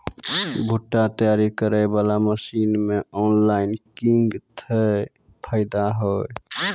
भुट्टा तैयारी करें बाला मसीन मे ऑनलाइन किंग थे फायदा हे?